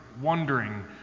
wondering